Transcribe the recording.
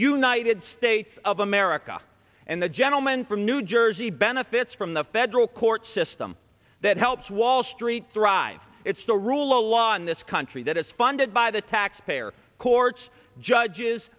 united states of america and the gentleman from new jersey benefits from the federal court system that helps wall street thrive it's the rule of law in this country that is funded by the taxpayer courts judges